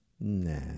nah